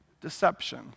deception